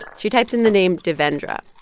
she types in the name devendra,